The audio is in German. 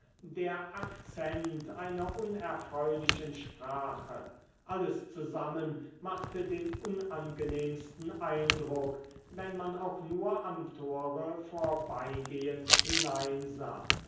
der akzent einer unerfreulichen sprache alles zusammen machte den unangenehmsten eindruck wenn man auch nur am tore vorbeigehend hineinsah